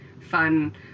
fun